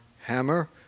Hammer